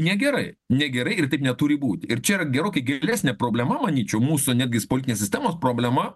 negerai negerai ir taip neturi būti ir čia yra gerokai gilesnė problema manyčiau mūsų netgis politinės sistemos problema